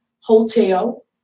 Hotel